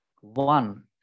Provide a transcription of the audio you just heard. one